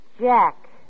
Jack